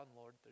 Lord